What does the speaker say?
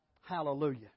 Hallelujah